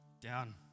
down